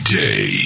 day